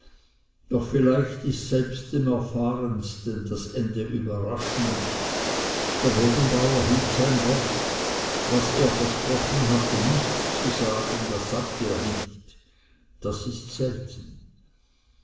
doch vielleicht ist selbst dem erfahrensten das ende überraschend der bodenbauer hielt sein wort was er versprochen hatte nicht zu sagen das sagte er nicht das ist selten